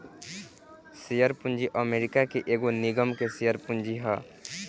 share पूंजी America के एगो निगम के शेयर पूंजी ह